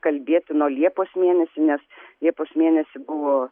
kalbėti nuo liepos mėnesį nes liepos mėnesį buvo